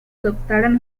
adoptaron